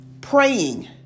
Praying